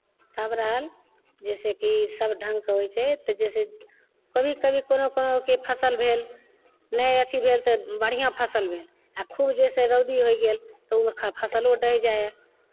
तब रहल जैसेकि सभ ढङ्गके होइ छै तऽ जैसे कभी कभी कोनो कोनो कि फसल भेल नहि अथी भेल तऽ बढ़िआँ फसल भेल आ खूब जैसे रौदी होय गेल तऽ ओ फसलो डहि जाइ हइ